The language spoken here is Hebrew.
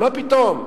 מה פתאום?